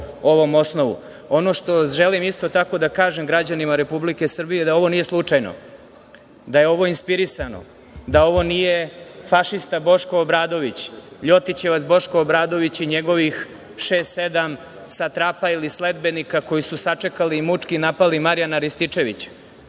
po ovom osnovu. Ono što želim isto tako da kažem građanima Republike Srbije je da ovo nije slučajno, da je ovo inspirisano, da ovo nije fašista Boško Obradović, Ljotićevac Boško Obradović i njegovih šest, sedam satrapa ili sledbenika koji su sačekali i mučki napali Marijana Rističevića.